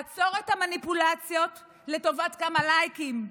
עצור את המניפולציות לטובת כמה לייקים,